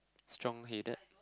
strong headed